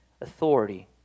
authority